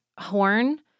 horn